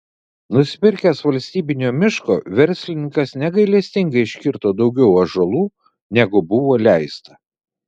nusipirkęs valstybinio miško verslininkas negailestingai iškirto daugiau ąžuolų negu buvo leista